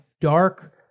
dark